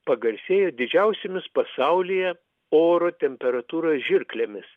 pagarsėjo didžiausiomis pasaulyje oro temperatūros žirklėmis